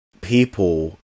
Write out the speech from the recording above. people